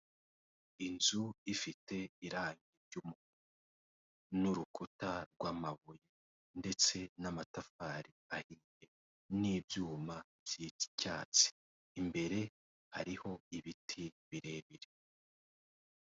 Inzu ifite iragi n'urukuta rw'amabuye ndetse n'amatafari n'ibyuma by'icyatsi, imbere hariho ibiti birebire.